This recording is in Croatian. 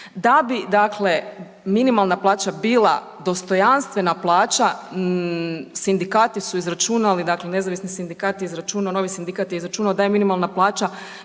dakle minimalna plaća bila dostojanstvena plaća sindikati su izračunali, dakle nezavisni sindikat je izračunao, novi sindikat je izračunao da je minimalna plaća